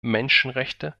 menschenrechte